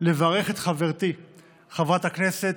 לברך את חברתי חברת הכנסת,